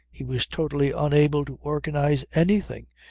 he was totally unable to organize anything,